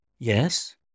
Yes